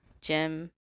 Jim